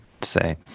say